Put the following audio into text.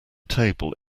table